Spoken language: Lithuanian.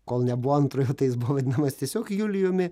kol nebuvo antrojo jis buvo vadinamas tiesiog julijumi